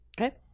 Okay